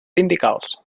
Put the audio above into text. sindicals